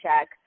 check